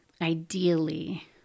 Ideally